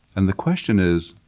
and the question is,